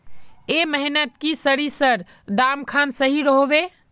ए महीनात की सरिसर दाम खान सही रोहवे?